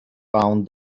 found